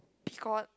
Picoult